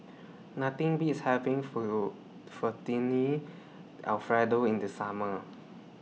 Nothing Beats having fill Fettuccine Alfredo in The Summer